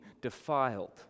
defiled